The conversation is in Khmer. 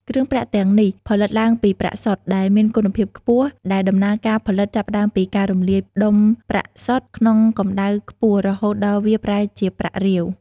គ្រឿងប្រាក់ទាំងនេះផលិតឡើងពី ប្រាក់សុទ្ធ ដែលមានគុណភាពខ្ពស់ ដែលដំណើរការផលិតចាប់ផ្ដើមពី ការរំលាយដុំប្រាក់សុទ្ធ ក្នុងកម្ដៅខ្ពស់រហូតដល់វាប្រែជាប្រាក់រាវ។